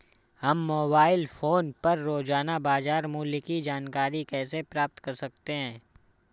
हम mobile phone पर रोजाना बाजार मूल्य की जानकारी कैसे प्राप्त कर सकते हैं?